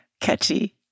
catchy